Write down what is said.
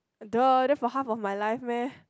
the the for half of my life meh